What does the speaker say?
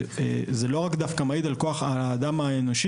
זה לאו דווקא מעיד על כוח האדם האנושי